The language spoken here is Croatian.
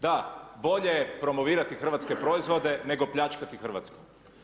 Da, bolje promovirati hrvatske proizvode, nego pljačkati Hrvatsku.